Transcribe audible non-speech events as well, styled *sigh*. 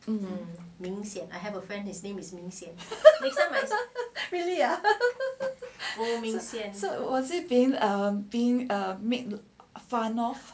*laughs* really ah was he being being err made fun of